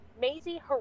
Maisie